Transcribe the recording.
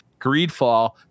Greedfall